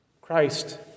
Christ